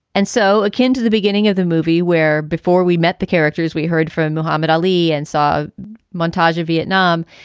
and so akin to the beginning of the movie where before we met the characters, we heard from muhammad ali and saw a montage of vietnam.